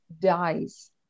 dies